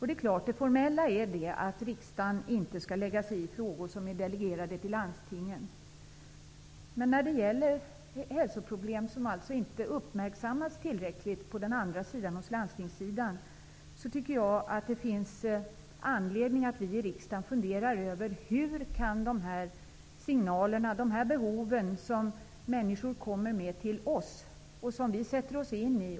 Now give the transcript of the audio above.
Det är klart att riksdagen formellt sett inte skall lägga sig i frågor som delegerats till landstingen. Men det finns hälsoproblem som inte uppmärksammats tillräckligt av landstingen. Jag tycker att det finns anledning för oss i riksdagen att fundera över hur vi kan överföra de signaler vi får och sätter oss in i till sjukvårdshuvudmännen.